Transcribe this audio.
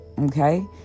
Okay